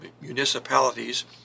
municipalities